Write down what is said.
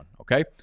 okay